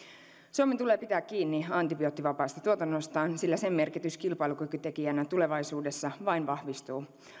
suomen tulee pitää kiinni antibioottivapaasta tuotannostaan sillä sen merkitys kilpailukykytekijänä tulevaisuudessa vain vahvistuu